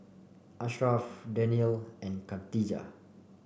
Ashraf Daniel and Khadija